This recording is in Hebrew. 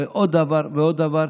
עוד דבר ועוד דבר.